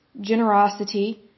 generosity